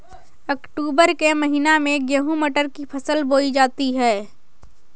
अक्टूबर के महीना में गेहूँ मटर की फसल बोई जाती है